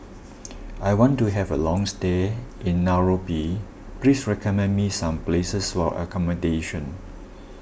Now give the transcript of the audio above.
I want to have a long stay in Nairobi please recommend me some places for accommodation